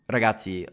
Ragazzi